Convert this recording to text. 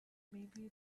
maybe